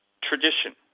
Tradition